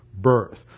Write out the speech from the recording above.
birth